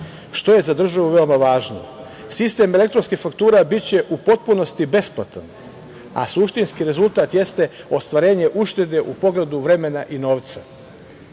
što je za državu veoma važno. Sistem elektronskih faktura biće u potpunosti besplatan, a suštinski rezultat jeste ostvarenje uštede u pogledu vremena i novca.